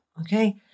Okay